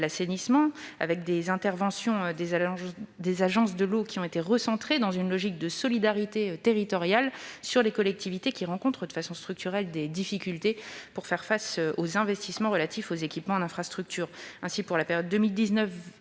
d'octroi des aides. Les interventions des agences de l'eau ont été recentrées, dans une logique de solidarité territoriale, sur les collectivités qui rencontrent de façon structurelle des difficultés pour faire face aux investissements relatifs aux équipements d'infrastructures. Ainsi, pour la période 2019-2024,